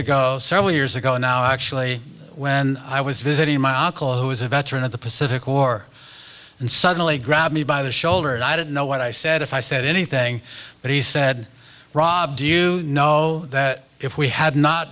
ago several years ago now actually when i was visiting my uncle who is a veteran of the pacific war and suddenly grabbed me by the shoulder and i didn't know what i said if i said anything but he said rob do you know that if we had not